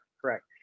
Correct